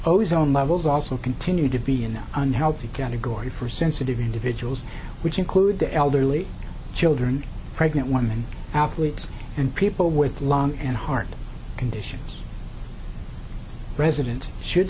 ozone levels also continue to be in unhealthy category for sensitive individuals which include the elderly children pregnant women athletes and people with lung and heart conditions residents should